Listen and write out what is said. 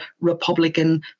Republican